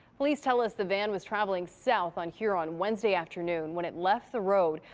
police tell us the van was traveling south on huron wednesday afternoon when it left the road,